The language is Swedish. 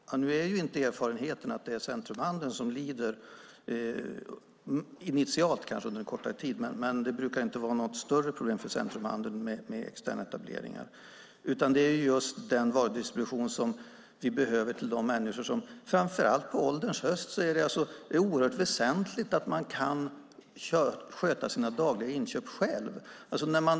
Fru talman! Nu är ju inte erfarenheterna att det är centrumhandeln som lider. Initialt kanske, under en kortare tid, men det brukar inte vara något större problem för centrumhandeln med externetableringar. Det handlar om just den varudistribution vi behöver till de människor som framför allt på ålderns höst behöver kunna sköta sina dagliga inköp själva, vilket alltså är oerhört väsentligt att man kan.